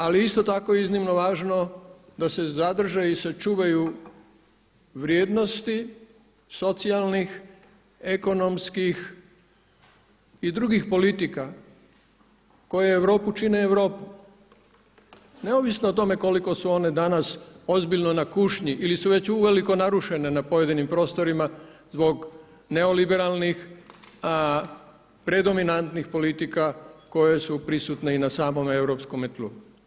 Ali isto tako iznimno je važno da se zadrže i sačuvaju vrijednosti socijalnih, ekonomskih i drugih politika koje Europu čine Europu neovisno o tome koliko su one danas ozbiljno na kušnji ili su već uvelike narušene na pojedinim prostorima zbog neoliberalnih predominantnih politika koje su prisutne i na samom europskom tlu.